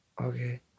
okay